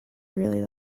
really